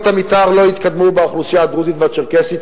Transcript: המיתאר לאוכלוסייה הדרוזית והצ'רקסית.